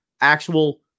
actual